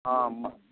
हँ म